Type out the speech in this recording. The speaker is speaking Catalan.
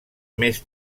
més